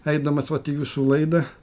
eidamas vat į jūsų laidą